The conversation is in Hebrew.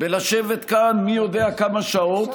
בלשבת כאן מי יודע כמה שעות,